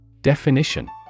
Definition